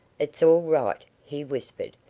it's all right, he whispered.